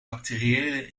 bacteriële